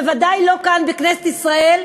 בוודאי לא כאן, בכנסת ישראל,